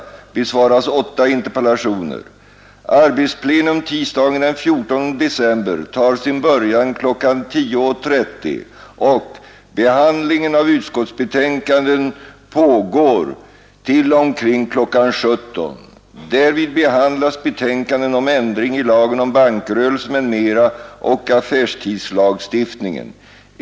Arbetsplenum tisdagen den 14 december tar sin början kl. 10.30, och behandlingen av utskottsbetänkanden pågår till omkring kl. 17.00. Därvid behandlas betänkandena om ändring i lagen om bankrörelse, m.m., och om affärstidslagstiftningen.